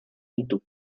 ditu